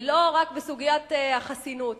ולא רק בסוגיית החסינות.